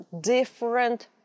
different